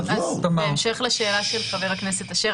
בהמשך לשאלה של חבר הכנסת אשר,